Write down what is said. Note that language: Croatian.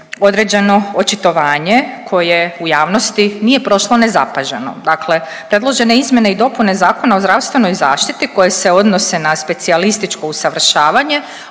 određeno očitovanje koje u javnosti nije prošlo nezapaženo. Dakle, predložene izmjene i dopune Zakona o zdravstvenoj zaštiti koje se odnose na specijalističko usavršavanje,